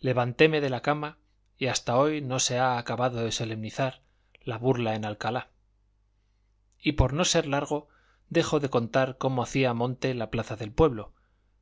levantéme de la cama y hasta hoy no se ha acabado de solemnizar la burla en alcalá y por no ser largo dejo de contar cómo hacía monte la plaza del pueblo